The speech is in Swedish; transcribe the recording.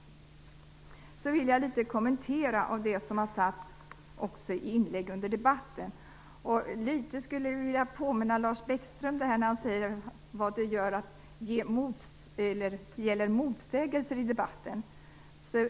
Jag vill också något kommentera det som har sagts i inläggen under debatten. Jag skulle vilja påminna Lars Bäckström om det som han sade om motsägelser i debatten.